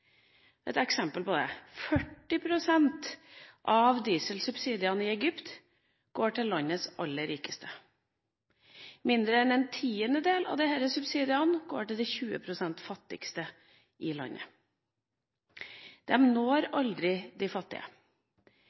Et eksempel på det er at 40 pst. av dieselsubsidiene i Egypt går til landets aller rikeste. Mindre enn en tiendedel av disse subsidiene går til de 20 pst. fattigste i landet. De når aldri de fattige.